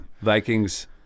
Vikings